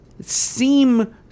seem